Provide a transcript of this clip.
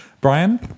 brian